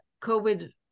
COVID